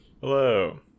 Hello